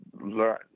learn